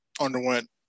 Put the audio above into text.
underwent